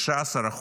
16%,